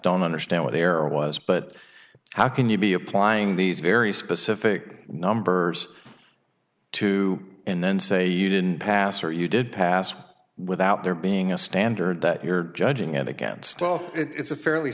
don't understand what there are was but how can you be applying these very specific numbers to and then say you didn't pass or you did pass without there being a standard that you're judging and against stuff it's a fairly